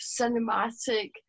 cinematic